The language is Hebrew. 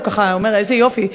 הוא אומר: איזה יופי,